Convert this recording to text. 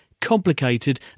complicated